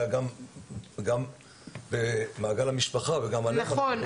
זה גם במעגל המשפחה --- נכון,